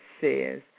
says